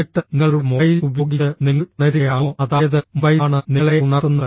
എന്നിട്ട് നിങ്ങളുടെ മൊബൈൽ ഉപയോഗിച്ച് നിങ്ങൾ ഉണരുകയാണോ അതായത് മൊബൈലാണ് നിങ്ങളെ ഉണർത്തുന്നത്